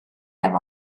have